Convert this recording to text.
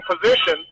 position